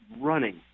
running